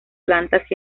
plantas